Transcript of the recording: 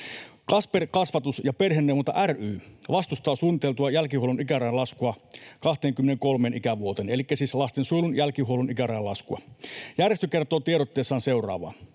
Kasper — Kasvatus- ja perheneuvonta ry vastustaa suunniteltua jälkihuollon ikärajan laskua 23 ikävuoteen, elikkä siis lastensuojelun jälkihuollon ikärajan laskua. Järjestö kertoo tiedotteessaan seuraavaa: